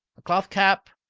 a cloth cap,